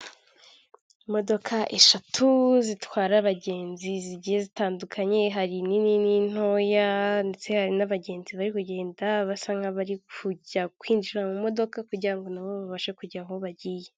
Imodoka eshatu zitwara abagenzi zigiye zitandukanye hari nini n'intoya ndetse hari n'abagenzi bari kugenda basa nk'abari kujya kwinjira mu modoka kugira nabo babashe kujya aho bagiye.